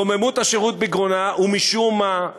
רוממות השירות בגרונה, ומשום מה,